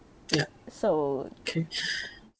so